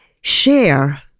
share